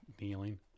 kneeling